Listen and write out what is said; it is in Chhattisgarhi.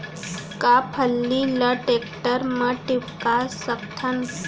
का फल्ली ल टेकटर म टिपका सकथन?